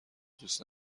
دوست